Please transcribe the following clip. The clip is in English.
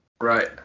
Right